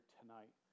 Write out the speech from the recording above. tonight